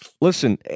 listen